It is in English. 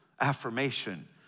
affirmation